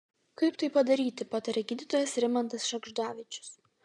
kaip tai padaryti pataria gydytojas rimantas šagždavičius